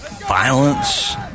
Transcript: violence